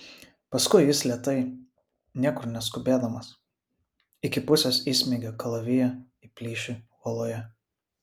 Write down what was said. paskui jis lėtai niekur neskubėdamas iki pusės įsmeigė kalaviją į plyšį uoloje